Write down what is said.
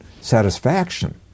satisfaction